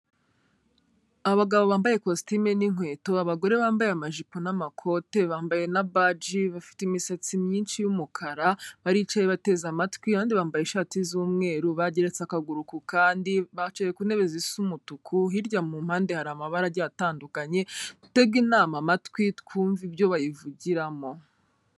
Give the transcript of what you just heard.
Abagabo bambaye ikositimu n'inkwetoba abagore bambaye amajipo n'amakote bambaye na baji bafite imisatsi myinshi y'umukara, baricaye bateze amatwi abandi bambaye ishati z'umweru bageretse akaguru kandi bicaye ku ntebe zisa umutuku, hirya mu mpande hari amabara atandukanye dutege inama amatwi twumve ibyo bayivugiramo.